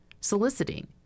soliciting